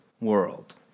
world